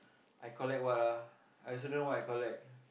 I collect what ah I also don't know what I collect